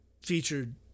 featured